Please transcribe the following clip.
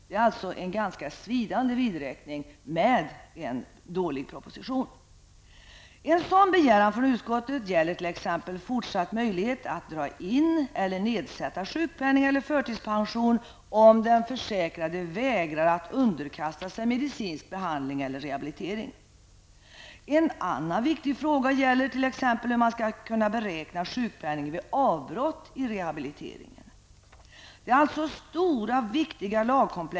Detta är en ganska svidande vidräkning med en dålig proposition. Utskottets begäran gäller t.ex. fortsatt möjlighet att dra in eller nedsätta sjukpenning eller förtidspension om den försäkrade vägrar underkasta sig medicinsk behandling eller rehabilitering. En annan viktig fråga gäller t.ex. hur man skall beräkna sjukpenning vid avbrott i rehabiliteringen.